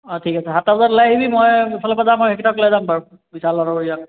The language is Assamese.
অঁ ঠিক আছে সাতটা বজাত ওলাই আহিবি মই এইফালৰপৰা যাম আৰু মই সেইকেইটাক লৈ যাম বাৰু বিশালক আৰু ইয়াক